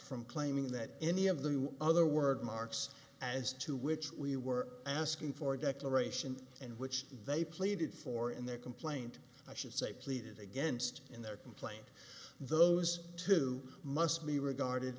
from claiming that any of the two other words marks as to which we were asking for a declaration and which they pleaded for in their complaint i should say pleaded against in their complaint those two must be regarded